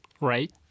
Right